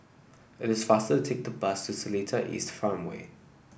it is faster to take the bus to Seletar East Farmway